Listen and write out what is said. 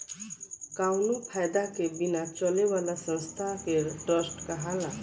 कावनो फायदा के बिना चले वाला संस्था के ट्रस्ट कहाला